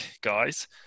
guys